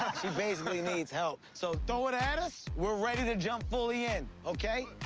she basically needs help. so, throw it at us. we're ready to jump full in, okay?